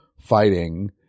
fighting